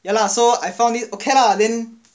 ya lah so I found this okay lah then